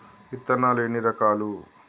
విత్తనాలు ఎన్ని రకాలు?